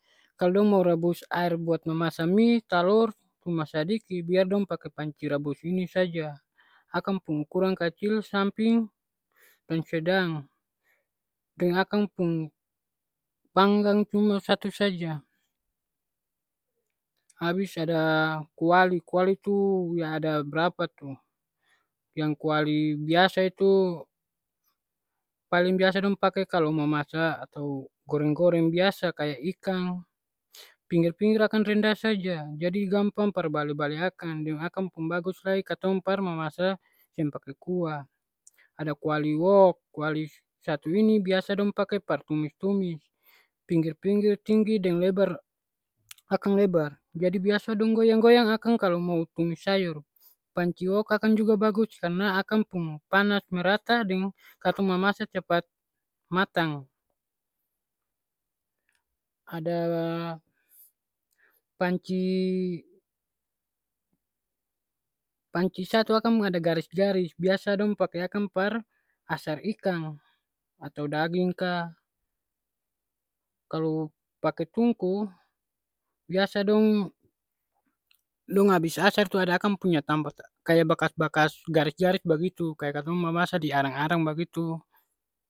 Kalo dong mau rabus aer buat mamasa mi, talor, cuma sadiki, biar dong pake panci rabus ini saja. Akang pung ukuran kacil samping deng sedang. Deng akang pung panggang cuma satu saja. Abis ada kuali. Kuali tu ya ada brapa tu. Yang kuali biasa itu, paling biasa dong pake kalo mamasa atau goreng-goreng biasa, kaya ikang, pinggir-pinggir akang rendah saja jadi gampang par bale-bale akang. Deng akang pung bagus lai katong par mamasa seng pake kuah. Ada kuali wok. Kuali satu ini biasa dong pake par tumis-tumis. Pinggir-pinggir tinggi deng lebar. Akang lebar, jadi biasa dong goyang-goyang akang kalo mau tumis sayor. Panci wok akang juga bagus karna akang pung panas merata deng katong mamasa cepat matang. Ada panci panci satu akang ada garis-garis. Biasa dong pake akang par asar ikang. Atau daging ka. Kalu pake tungku, biasa dong, dong abis asar tu ada akang pung kaya bakas-bakas garis-garis bagitu, kaya katong mamasa di arang-arang bagitu.